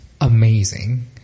amazing